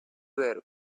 were